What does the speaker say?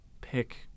pick